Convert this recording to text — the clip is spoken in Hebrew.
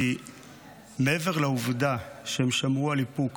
כי מעבר לעובדה שהם שמרו על איפוק